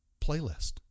playlist